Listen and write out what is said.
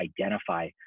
identify